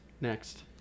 next